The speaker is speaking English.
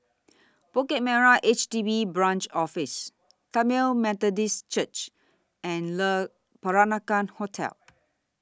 Bukit Merah H D B Branch Office Tamil Methodist Church and Le Peranakan Hotel